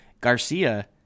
Garcia